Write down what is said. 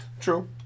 True